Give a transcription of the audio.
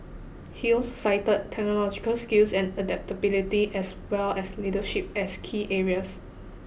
he also cited technological skills and adaptability as well as leadership as key areas